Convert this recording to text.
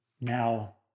now